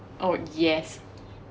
oh yes